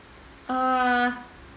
uh